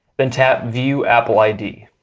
then tap view apple id.